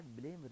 blame